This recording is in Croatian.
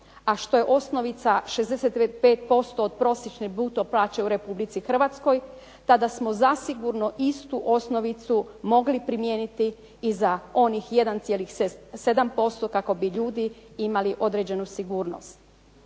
a što je osnovica 65% od prosječne bruto plaće u RH tada smo zasigurno istu osnovicu mogli primijeniti i za onih 1,7% kako bi ljudi imali određenu sigurnost.